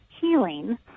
healing